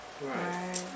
right